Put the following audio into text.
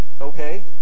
Okay